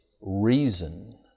reason